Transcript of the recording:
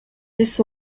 this